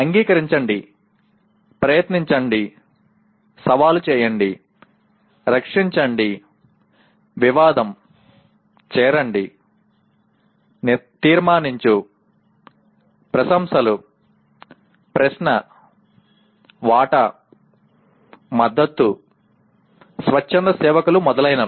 అంగీకరించండి ప్రయత్నించండి సవాలు చేయండి రక్షించండి వివాదం చేరండి తీర్మానించు ప్రశంసలు ప్రశ్న వాటా మద్దతు స్వచ్చంద సేవకులు మొదలైనవి